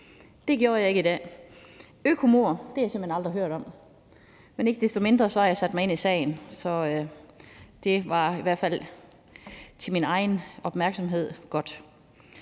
Det gjorde jeg ikke i dag. Økomord har jeg simpelt hen aldrig hørt om, men ikke desto mindre har jeg sat mig ind i sagen, så det var i hvert fald for min egen opmærksomheds